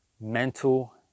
mental